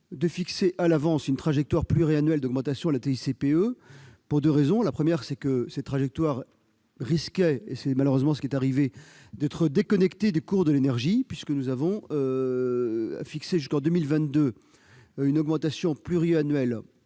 de fixer à l'avance une trajectoire pluriannuelle d'augmentation de la TICPE, et ce pour deux raisons. Premier motif, cette trajectoire risquait- c'est malheureusement ce qui s'est produit -d'être déconnectée des cours de l'énergie puisque nous avons fixé jusqu'en 2022 une augmentation pluriannuelle